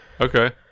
Okay